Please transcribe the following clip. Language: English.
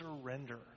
surrender